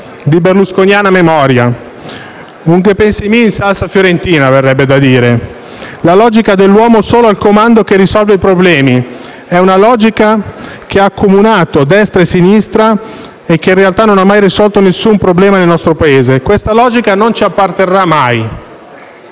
di berlusconiana memoria; un «*ghe pensi mi*» in salsa fiorentina, verrebbe da dire. La logica dell'uomo solo al comando che risolve i problemi è una logica che ha accomunato destra e sinistra e che in realtà non ha mai risolto nessun problema nel nostro Paese; questa logica non ci apparterrà mai.